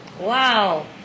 Wow